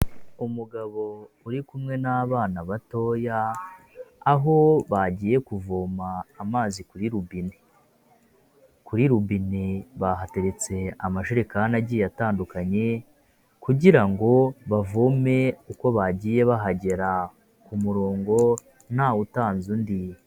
Umugabo uri kumwe n'abana batoya aho bagiye kuvoma amazi kuri robine, kuri robine bahateretse amajerekani agiye atandukanye kugira ngo bavome uko bagiye bahagera ku murongo ntawutanze undi.